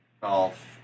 golf